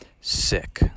sick